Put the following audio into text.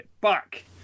back